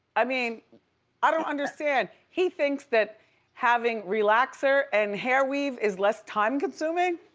i mean i don't understand. he thinks that having relaxer and hair weave is less time consuming?